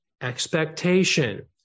expectation